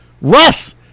Russ